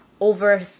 over